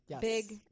Big